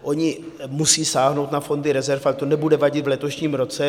Oni musí sáhnout na fondy rezerv, ale to nebude vadit v letošním roce.